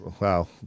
Wow